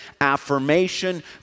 affirmation